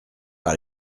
par